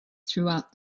throughout